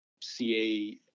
CA